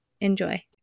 Enjoy